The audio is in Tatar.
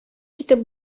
китеп